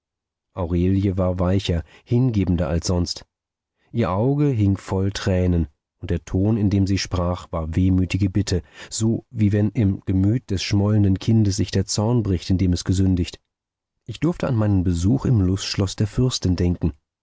aurelie war weicher hingebender als sonst ihr auge hing voll tränen und der ton indem sie sprach war wehmütige bitte so wie wenn im gemüt des schmollenden kindes sich der zorn bricht in dem es gesündigt ich durfte an meinen besuch im lustschloß der fürstin denken